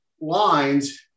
lines